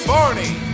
Barney